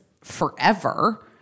forever